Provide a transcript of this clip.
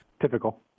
typical